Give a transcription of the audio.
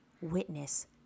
witness